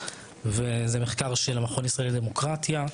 זה מחקר של המכון ישראל דמוקרטיה.